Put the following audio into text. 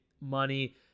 money